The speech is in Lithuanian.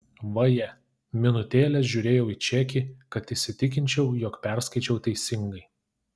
vaje minutėlę žiūrėjau į čekį kad įsitikinčiau jog perskaičiau teisingai